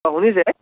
অ শুনিছে